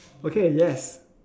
okay yes